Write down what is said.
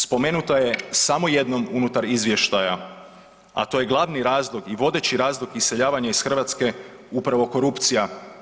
Spomenuta je samo jednom unutar izvještaja, a to je glavni razlog i vodeći razlog iseljavanja iz Hrvatske upravo korupcija.